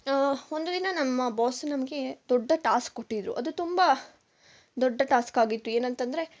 ಒಂದು ದಿನ ನಮ್ಮ ಬಾಸ್ ನಮಗೆ ದೊಡ್ಡ ಟಾಸ್ಕ್ ಕೊಟ್ಟಿದ್ರು ಅದು ತುಂಬ ದೊಡ್ಡ ಟಾಸ್ಕ್ ಆಗಿತ್ತು ಏನಂತೆಂದ್ರೆ